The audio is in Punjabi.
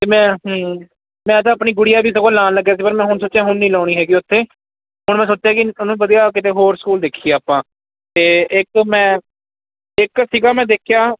ਅਤੇ ਮੈਂ ਮੈਂ ਤਾਂ ਆਪਣੀ ਗੁੜੀਆ ਵੀ ਸਗੋਂ ਲਾਉਣ ਲੱਗਿਆ ਸੀ ਪਰ ਮੈਂ ਹੁਣ ਸੋਚਿਆ ਹੁਣ ਨਹੀਂ ਲਾਉਣੀ ਹੈਗੀ ਉੱਥੇ ਹੁਣ ਮੈਂ ਸੋਚਿਆ ਕਿ ਤੁਹਾਨੂੰ ਵਧੀਆ ਕਿਸੇ ਹੋਰ ਸਕੂਲ ਦੇਖੀਏ ਆਪਾਂ ਤਾਂ ਇੱਕ ਮੈਂ ਇੱਕ ਸੀਗਾ ਮੈਂ ਦੇਖਿਆ